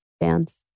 Dance